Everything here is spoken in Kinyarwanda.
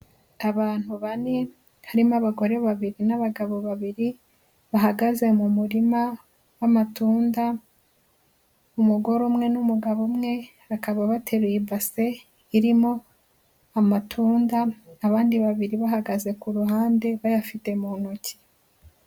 Abantu bane harimo abagore babiri n'abagabo babiri bahagaze mu murima w'amatunda, umugore umwe n'umugabo umwe bakaba bateruye ibase irimo amatunda, abandi babiri bahagaze ku ruhande bayafite mu ntoki.